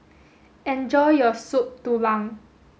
enjoy your soup Tulang